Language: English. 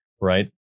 Right